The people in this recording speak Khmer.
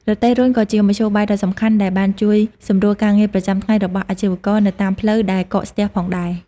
រទេះរុញក៏ជាមធ្យោបាយដ៏សំខាន់ដែលបានជួយសម្រួលការងារប្រចាំថ្ងៃរបស់អាជីវករនៅតាមផ្លូវដែលកកស្ទះផងដែរ។